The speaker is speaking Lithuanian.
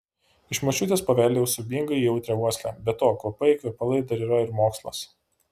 iš močiutės paveldėjau siaubingai jautrią uoslę be to kvapai kvepalai dar yra ir mokslas